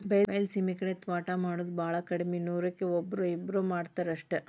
ಬೈಲಸೇಮಿ ಕಡೆ ತ್ವಾಟಾ ಮಾಡುದ ಬಾಳ ಕಡ್ಮಿ ನೂರಕ್ಕ ಒಬ್ಬ್ರೋ ಇಬ್ಬ್ರೋ ಮಾಡತಾರ ಅಷ್ಟ